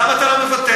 למה אתה לא מבטל?